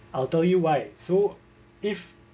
I'll tell you why so if